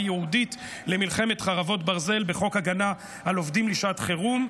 ייעודית למלחמת חרבות ברזל בחוק הגנה על עובדים לשעת חירום.